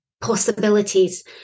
possibilities